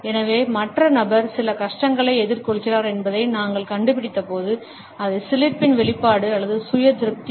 எனவே மற்ற நபர் சில கஷ்டங்களை எதிர்கொள்கிறார் என்பதை நாங்கள் கண்டுபிடித்தபோது அது சிலிர்ப்பின் வெளிப்பாடு அல்லது சுய திருப்தி